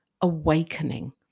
awakening